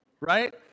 right